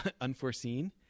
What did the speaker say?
unforeseen